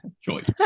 choice